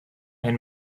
and